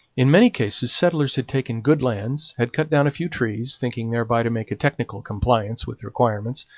in many cases settlers had taken good lands, had cut down a few trees, thinking thereby to make a technical compliance with requirements,